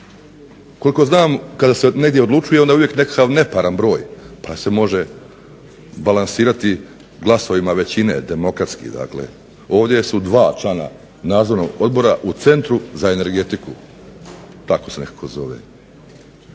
Koliko znam kada se negdje odlučuje onda je uvijek nekakav neparan broj pa se može balansirati glasovima većine dakle demokratski, ovdje su dva člana nadzornog odbora u centru za energetiku, tako se nekako zove,